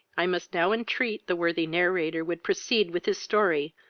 i must now entreat, the worthy narrator would proceed with his story,